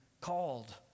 called